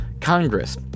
Congress